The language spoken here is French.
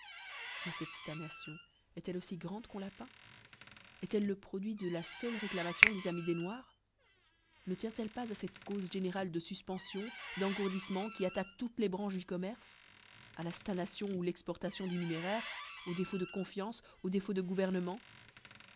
mais cette ftagnation eft elle aufli grande qu'on la peint eft elle le produit de la feiile réclamation des amis desnoirs ne tient elle pas à cette caufe générale de fufpenfion d'engourdiflèmenç qui attaque toutes les branches du commerce à la ftagnation ou l'exportation du numéraire au défaut de eonfiance au défaut de